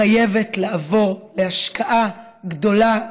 חייבת לעבור להשקעה גדולה,